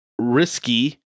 Risky